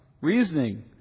Reasoning